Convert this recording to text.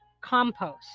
compost